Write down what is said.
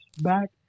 back